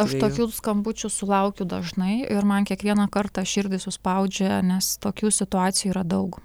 aš tokių skambučių sulaukiu dažnai ir man kiekvieną kartą širdį suspaudžia nes tokių situacijų yra daug